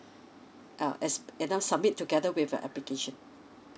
uh as you know submit together with your application